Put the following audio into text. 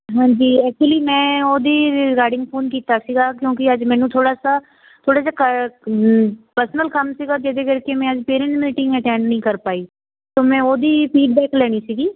ਹਾਂਜੀ ਐਕਚੁਲੀ ਮੈਂ ਉਹਦੀ ਰਿਗਾਰਡਿੰਗ ਫ਼ੋਨ ਕੀਤਾ ਸੀਗਾ ਕਿਉਂਕਿ ਅੱਜ ਮੈਨੂੰ ਥੋੜ੍ਹਾ ਸਾ ਥੋੜ੍ਹਾ ਜਿਹਾ ਕਰ ਪਰਸਨਲ ਕੰਮ ਸੀਗਾ ਜਿਹਦੇ ਕਰਕੇ ਮੈਂ ਅੱਜ ਪੇਰੈਂਟਸ ਮੀਟਿੰਗ ਅਟੈਂਡ ਨਹੀਂ ਕਰ ਪਾਈ ਤਾਂ ਮੈਂ ਉਹਦੀ ਫੀਡਬੈਕ ਲੈਣੀ ਸੀਗੀ